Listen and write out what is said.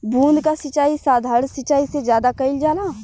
बूंद क सिचाई साधारण सिचाई से ज्यादा कईल जाला